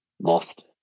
Lost